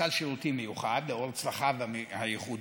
סל שירותים מיוחד, לאור צרכיו הייחודיים,